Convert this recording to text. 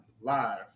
live